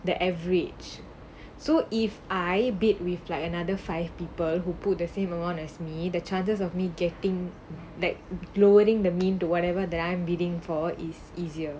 the average so if I bid with like another five people who put the same amount as me the charges of me getting that lowering the mean to whatever that I am bidding for his easier